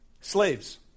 Slaves